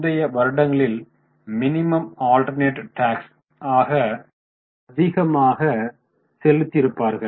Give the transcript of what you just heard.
முந்தைய வருடங்களில் minimum alternate tax ஆக அதிகமாக செழித்திருப்பார்கள்